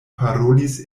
parolis